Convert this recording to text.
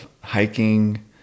hiking